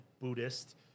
Buddhist